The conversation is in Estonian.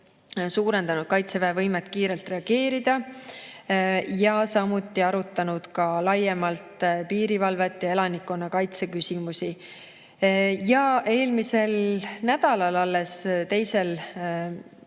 suurendanud Kaitseväe võimet kiirelt reageerida ja samuti arutanud laiemalt piirivalve ja elanikkonnakaitse küsimusi. Alles eelmisel nädalal, 2.